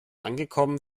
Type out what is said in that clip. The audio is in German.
angekommen